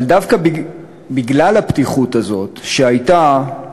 אבל דווקא בגלל הפתיחות הזאת שהייתה,